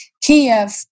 Kiev